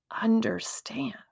understand